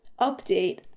update